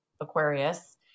aquarius